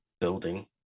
Building